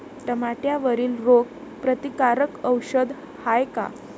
टमाट्यावरील रोग प्रतीकारक औषध हाये का?